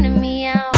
mia